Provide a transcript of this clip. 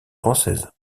française